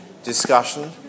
Discussion